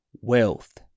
wealth